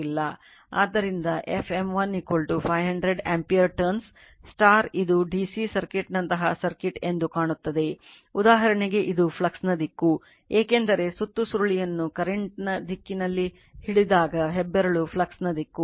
ಆದ್ದರಿಂದ f m1 500 ampere turns ಇದು DC ಸರ್ಕ್ಯೂಟ್ನಂತಹ ಸರ್ಕ್ಯೂಟ್ ಎಂದು ಕಾಣುತ್ತದೆ ಉದಾಹರಣೆಗೆ ಇದು ಫ್ಲಕ್ಸ್ನ ದಿಕ್ಕು ಏಕೆಂದರೆ ಸುತ್ತು ಸುರುಳಿಯನ್ನು ಕರೆಂಟ್ ನ ದಿಕ್ಕಿನಲ್ಲಿ ಹಿಡಿದಾಗಹೆಬ್ಬೆರಳು ಫ್ಲಕ್ಸ್ನ ದಿಕ್ಕು